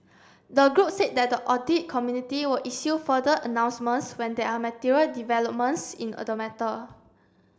the group said that the audit committee will issue further announcements when there are material developments in a the matter